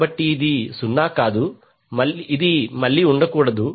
కాబట్టి ఇది 0 కాదు ఇది మళ్ళీ ఉండకూడదు